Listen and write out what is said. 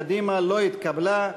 אני קובע כי גם הצעת סיעת קדימה לא התקבלה.